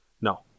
No